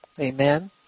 Amen